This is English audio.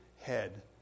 head